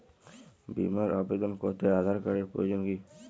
বিমার আবেদন করতে আধার কার্ডের প্রয়োজন কি?